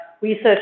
research